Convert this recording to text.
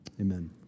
Amen